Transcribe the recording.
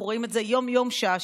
אנחנו רואים את זה יום-יום, שעה-שעה.